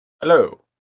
Hello